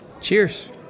Cheers